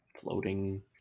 floating